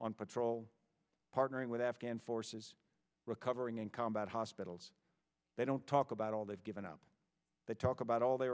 on patrol partnering with afghan forces recovering in combat hospitals they don't talk about all they've given up they talk about all they